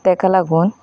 ताका लागून